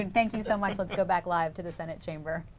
and thank you so much. let's go back live to the senate chamber.